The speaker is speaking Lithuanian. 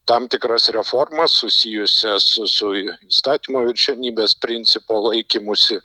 tam tikras reformas susijusias su įstatymo viršenybės principo laikymusi